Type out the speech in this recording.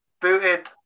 booted